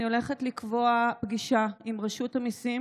אני הולכת לקבוע פגישה עם רשות המיסים